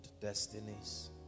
destinies